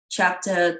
Chapter